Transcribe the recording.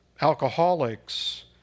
Alcoholics